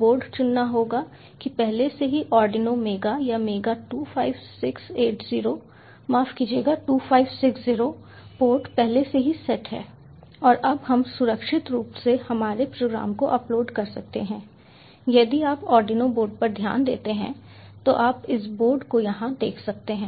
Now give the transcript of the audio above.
board चुनना होगा कि पहले से ही आर्डिनो मेगा या मेगा 25680 माफ कीजिएगा 2560 पोर्ट पहले से ही सेट है अब हम सुरक्षित रूप से हमारे प्रोग्राम को अपलोड कर सकते हैं यदि आप आर्डिनो बोर्ड पर ध्यान देते हैं तो आप इस बोर्ड को यहां देख सकते हैं